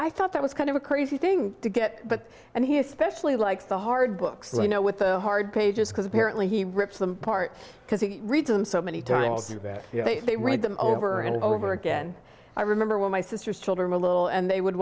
i thought that was kind of a crazy thing to get but and he especially likes the hard books you know with the hard pages because apparently he rips them apart because he reads them so many times that they read them over and over again i remember when my sister's children were little and they would